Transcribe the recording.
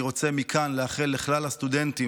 אני רוצה מכאן לאחל לכלל הסטודנטים